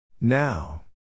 Now